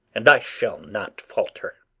and i shall not falter!